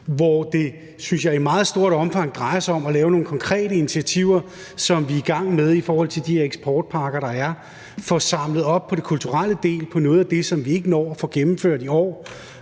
synes jeg, i meget vidt omfang drejer sig om at lave nogle konkrete initiativer, hvilket vi er i gang med i form af de eksportpakker, der er, og om at få samlet op på den kulturelle del af noget af det, som vi ikke når at få gennemført i år.